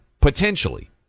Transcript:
potentially